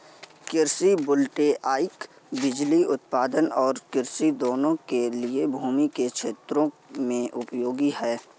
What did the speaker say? कृषि वोल्टेइक बिजली उत्पादन और कृषि दोनों के लिए भूमि के क्षेत्रों में उपयोगी है